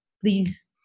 please